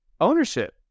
ownership